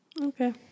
Okay